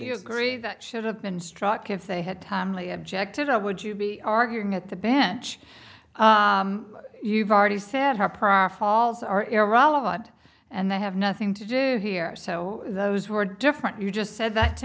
has agreed that should have been struck if they had timely objected i would you be arguing at the bench you've already said have prior falls are irrelevant and they have nothing to do here so those who are different you just said that to